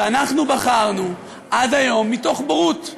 ואנחנו בחרנו עד היום, מתוך בורות,